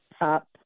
up